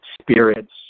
spirits